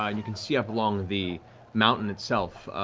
um you can see up along the mountain itself,